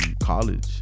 college